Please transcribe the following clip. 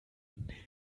milch